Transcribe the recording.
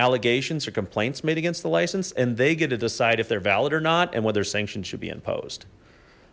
allegations or complaints made against the license and they get to decide if they're valid or not and whether sanctions should be imposed